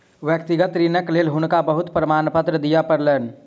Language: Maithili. व्यक्तिगत ऋणक लेल हुनका बहुत प्रमाणपत्र दिअ पड़लैन